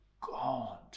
God